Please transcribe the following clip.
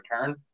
return